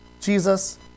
Jesus